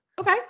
Okay